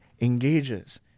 engages